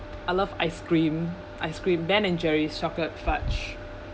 I love ice cream ice cream ben and jerry's chocolate fudge